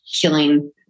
killing